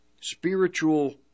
spiritual